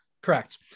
Correct